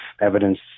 evidence